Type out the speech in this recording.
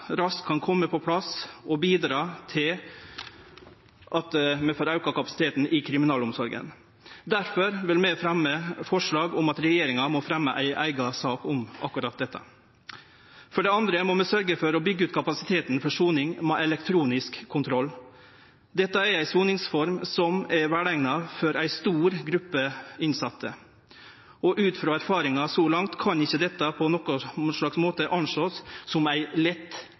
raskt kan kome på plass og bidra til at vi får auka kapasiteten i kriminalomsorga. Derfor vil vi fremja forslag om at regjeringa må leggje fram ei eiga sak om akkurat dette. For det andre må vi sørgje for å byggje ut kapasiteten for soning med elektronisk kontroll. Dette er ei soningsform som er veleigna for ei stor gruppe innsette, og ut frå erfaringar så langt kan ein ikkje anslå dette på nokon slags måte å vere ei lett